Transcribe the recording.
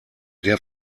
der